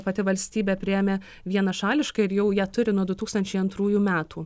pati valstybė priėmė vienašališkai ir jau ją turi nuo du tūkstančiai antrųjų metų